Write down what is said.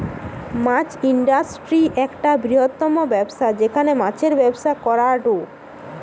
মাছ industry একটা বৃহত্তম ব্যবসা যেখানে মাছের ব্যবসা করাঢু